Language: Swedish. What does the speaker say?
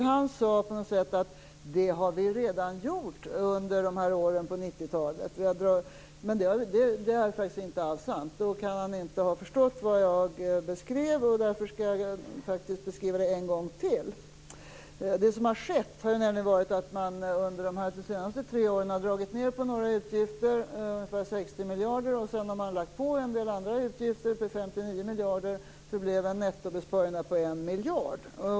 Han sade på något sätt att vi redan har gjort det under de här åren på 90-talet, men det är faktiskt inte alls sant. Då kan han inte ha förstått vad jag beskrev, och därför skall jag beskriva det en gång till. Det som har skett har nämligen varit att man under de senaste tre åren har dragit ned på några utgifter, ungefär 60 miljarder, och sedan har man lagt på en del andra utgifter, 59 miljarder. Det blev en nettobesparing på en miljard.